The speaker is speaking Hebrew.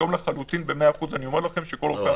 היום לחלוטין במאה אחוז אני אומר לכם שכל רופאי